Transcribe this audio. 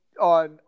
on